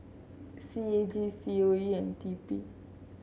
C A G C O E and T P